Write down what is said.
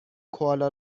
کوالا